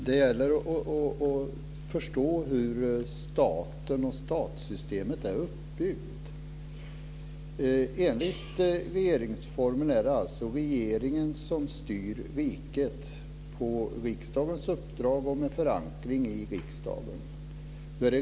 Fru talman! Det gäller att förstå hur staten och statssystemet är uppbyggda. Enligt regeringsformen är det regeringen som styr riket på riksdagens uppdrag och med förankring i riksdagen.